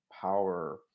power